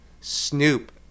snoop